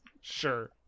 Sure